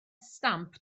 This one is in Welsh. stamp